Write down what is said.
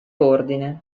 ordine